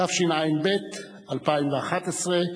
התשע"ב 2011,